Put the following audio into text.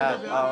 כן.